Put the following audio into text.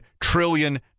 trillion